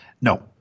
no